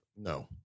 No